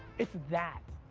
it's that.